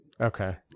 Okay